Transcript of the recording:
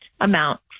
amount